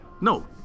No